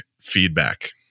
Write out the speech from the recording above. feedback